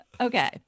Okay